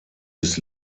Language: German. bis